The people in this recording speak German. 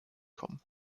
kommen